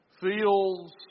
fields